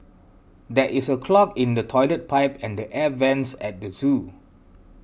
there is a clog in the Toilet Pipe and the Air Vents at the zoo